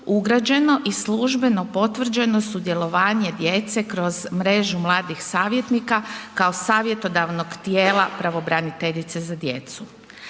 ugrađeno i službeno potvrđeno sudjelovanje djece kroz mrežu mladih savjetnika kao savjetodavnog tijela pravobraniteljice za djecu.